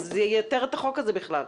אז זה ייתר את החוק הזה בכלל.